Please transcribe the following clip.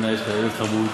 יש לך ילד חמוד,